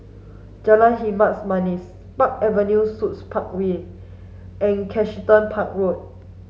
Jalan Hitam Manis Park Avenue Suites Park Wing and Kensington Park Road